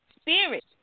spirit